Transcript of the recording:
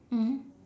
mmhmm